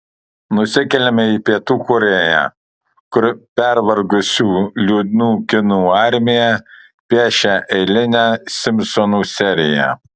nusikeliame į pietų korėją kur pervargusių liūdnų kinų armija piešia eilinę simpsonų seriją